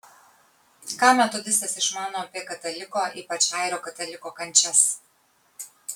ką metodistas išmano apie kataliko ypač airio kataliko kančias